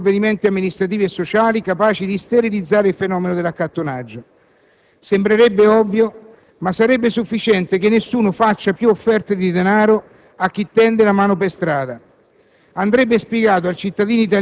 Vanno adottati comportamenti e provvedimenti amministrativi e sociali capaci di sterilizzare il fenomeno dell'accattonaggio. Sembrerebbe ovvio, ma sarebbe sufficiente che nessuno facesse più offerte di denaro a chi tende la mano per strada.